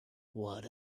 what